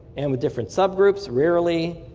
and the different subgroups, rarely.